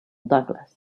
douglas